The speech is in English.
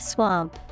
Swamp